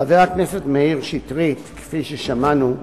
חבר הכנסת מאיר שטרית, כפי ששמענו,